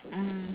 mm